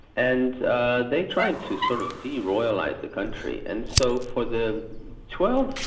and they tried to sort of de-royalise the country. and so for the twelve,